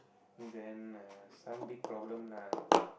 then uh some big problem lah